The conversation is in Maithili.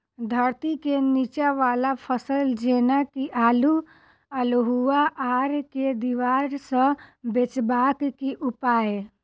धरती केँ नीचा वला फसल जेना की आलु, अल्हुआ आर केँ दीवार सऽ बचेबाक की उपाय?